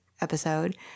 episode